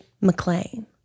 McLean